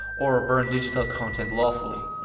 or ah burn digital content lawfully.